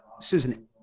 Susan